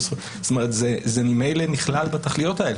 זה ממילא נכלל בתכליות האלה.